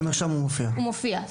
הוא מופיע במרשם.